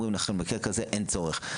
אומרים לכם, מקרה כזה אין צורך.